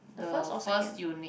the first unit